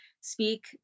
speak